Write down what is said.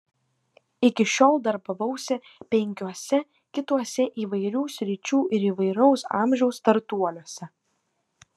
iki šiol darbavausi penkiuose kituose įvairių sričių ir įvairaus amžiaus startuoliuose